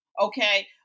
Okay